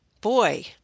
boy